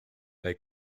they